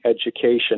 education